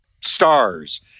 Stars